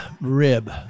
rib